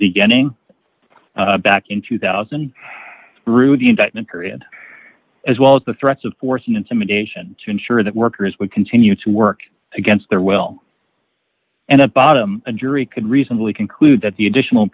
beginning back in two thousand through the indictment period as well as the threats of force and insemination to ensure that workers would continue to work against their will and at bottom a jury could reasonably conclude that the additional